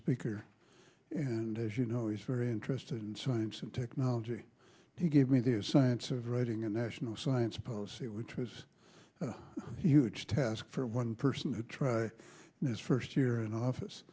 speaker and as you know he's very interested in science and technology he gave me the science of writing a national science policy which was a huge task for one person to try and his first year in office